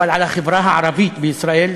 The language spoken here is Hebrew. אבל על החברה הערבית בישראל,